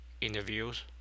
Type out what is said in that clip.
interviews